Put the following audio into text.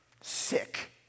sick